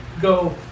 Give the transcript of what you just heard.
go